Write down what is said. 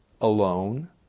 alone